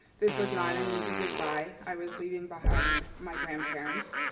this was not an easy goodbye. i was leaving behind my grandparents.